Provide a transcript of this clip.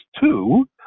two